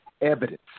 evidence